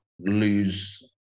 lose